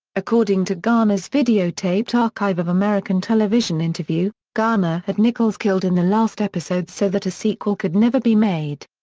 according to garner's videotaped archive of american television interview, garner had nichols killed in the last episode so that a sequel could never be made.